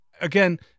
again